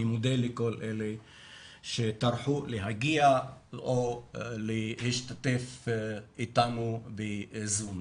אני מודה לכל אלה שטרחו להגיע או להשתתף איתנו בזום.